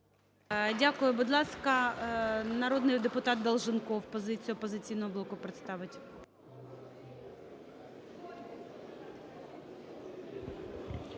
Дякую. Будь ласка, народний депутат Долженков позицію "Опозиційного блоку" представить.